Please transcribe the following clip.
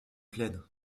pleine